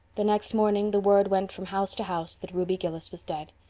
the next morning the word went from house to house that ruby gillis was dead.